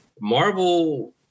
Marvel